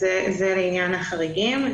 זה לעניין החריגים.